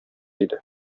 иде